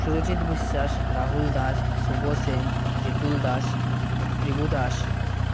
Surajit Biswas Rahul Das Subho Sen Ritul Das Rivu Das